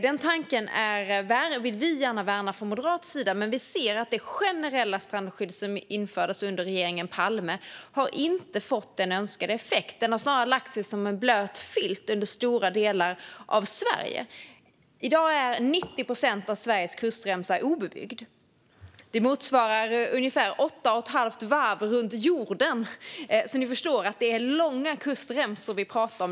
Den tanken vill vi gärna värna från moderat sida, men vi anser att det generella strandskydd som infördes under regeringen Palme inte har fått önskad effekt. Det har snarare lagt sig som en blöt filt över stora delar av Sverige. I dag är 90 procent av Sveriges kustremsa obebyggd. Det motsvarar ungefär åtta och ett halvt varv runt jorden, så ni förstår att det är långa kustremsor vi pratar om.